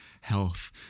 health